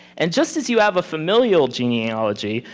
and just as you have a familial genealogy,